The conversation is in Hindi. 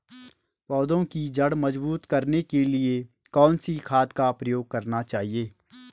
पौधें की जड़ मजबूत करने के लिए कौन सी खाद का प्रयोग करना चाहिए?